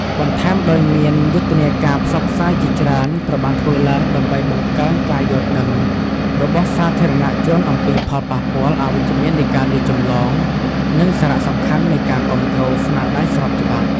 បន្ថែមដោយមាន យុទ្ធនាការផ្សព្វផ្សាយជាច្រើនត្រូវបានធ្វើឡើងដើម្បីបង្កើនការយល់ដឹងរបស់សាធារណជនអំពីផលប៉ះពាល់អវិជ្ជមាននៃការលួចចម្លង និងសារៈសំខាន់នៃការគាំទ្រស្នាដៃស្របច្បាប់។